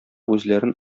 үзләрен